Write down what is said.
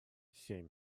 семь